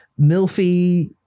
milfy